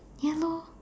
ya lor